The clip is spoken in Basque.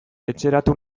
etxeratu